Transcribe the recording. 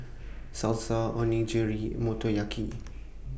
Salsa Onigiri Motoyaki